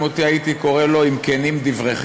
אותי הייתי קורא לו "אם כנים דבריכם".